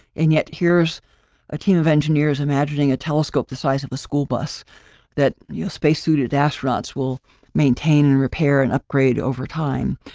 and yet, here's a team of engineers imagining a telescope the size of the school bus that you'll space suited astronauts will maintain and repair and upgrade over time.